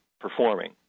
performing